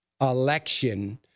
election